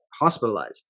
hospitalized